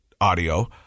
audio